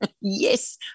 Yes